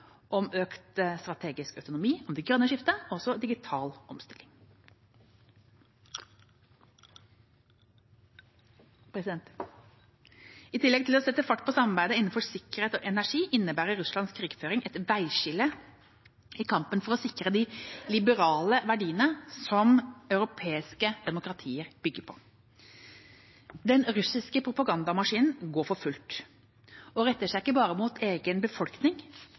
om økt strategisk autonomi, om det grønne skiftet og også om digital omstilling. I tillegg til å sette fart på samarbeidet innenfor sikkerhet og energi innebærer Russlands krigføring et veiskille i kampen for å sikre de liberale verdiene som europeiske demokratier bygger på. Den russiske propagandamaskinen går for fullt og retter seg ikke bare mot egen befolkning,